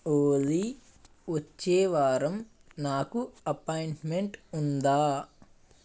ఓలీ వచ్చే వారం నాకు అపాయింట్మెంట్ ఉందా